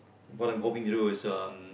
what I'm hoping to do so um